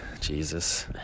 Jesus